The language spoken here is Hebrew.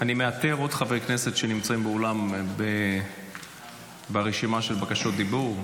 אני מאתר עוד חברי כנסת שנמצאים באולם ברשימה של בקשות דיבור.